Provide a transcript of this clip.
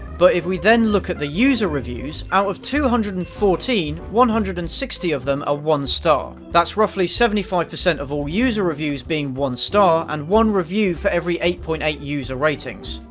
but if we then look at the user reviews, out of two hundred and fourteen, one hundred and sixty of them are ah one star. that's roughly seventy five percent of all user reviews being one-star and one review for every eight point eight user ratings.